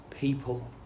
people